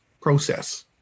process